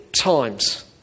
times